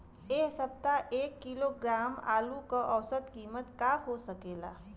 एह सप्ताह एक किलोग्राम आलू क औसत कीमत का हो सकेला?